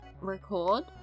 record